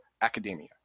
Academia